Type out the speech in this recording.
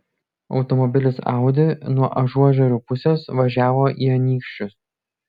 automobilis audi nuo ažuožerių pusės važiavo į anykščius